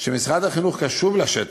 שמשרד החינוך קשוב לשטח,